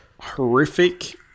horrific-